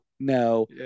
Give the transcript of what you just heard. No